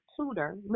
tutor